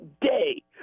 day